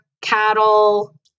cattle